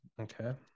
Okay